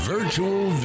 Virtual